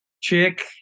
Chick